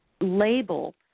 label